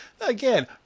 again